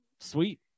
Sweet